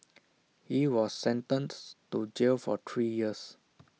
he was sentenced to jail for three years